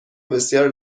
بسیار